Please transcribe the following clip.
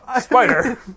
spider